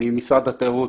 ממשרד התיירות